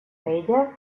ella